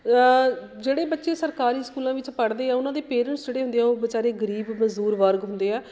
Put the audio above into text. ਜਿਹੜੇ ਬੱਚੇ ਸਰਕਾਰੀ ਸਕੂਲਾਂ ਵਿੱਚ ਪੜ੍ਹਦੇ ਆ ਉਹਨਾਂ ਦੇ ਪੇਰੈਂਟਸ ਜਿਹੜੇ ਹੁੰਦੇ ਆ ਉਹ ਬੇਚਾਰੇ ਗਰੀਬ ਮਜ਼ਦੂਰ ਵਰਗ ਹੁੰਦੇ ਆ